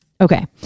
Okay